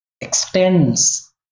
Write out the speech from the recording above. extends